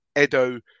Edo